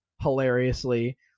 hilariously